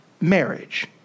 marriage